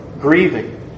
grieving